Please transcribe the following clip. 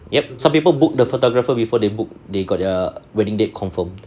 yup some people book the photographer before they book they got their wedding day confirmed